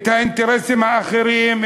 את האינטרסים האחרים,